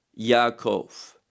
yaakov